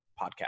podcast